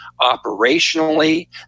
operationally